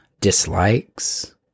dislikes